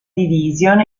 division